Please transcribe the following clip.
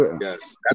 Yes